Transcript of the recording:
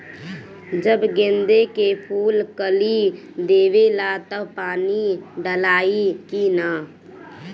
जब गेंदे के फुल कली देवेला तब पानी डालाई कि न?